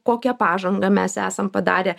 kokią pažangą mes esam padarę